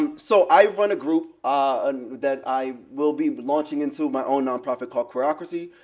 um so i run a group ah and that i will be launching into my own nonprofit called queerocracy.